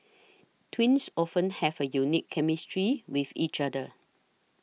twins often have a unique chemistry with each other